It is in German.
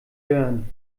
hören